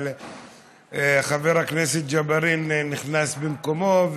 אבל חבר הכנסת ג'בארין נכנס במקומו,